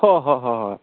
অঁ হয় হয় হয়